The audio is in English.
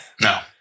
No